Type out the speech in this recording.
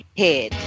head